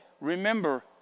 remember